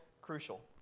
crucial